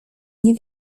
nie